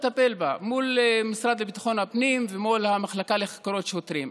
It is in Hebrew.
נטפל בה מול המשרד לביטחון הפנים ומול המחלקה לחקירות שוטרים,